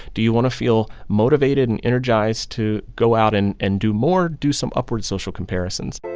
do you want to feel motivated and energized to go out and and do more? do some upward social comparisons